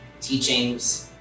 teachings